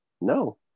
No